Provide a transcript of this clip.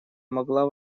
могла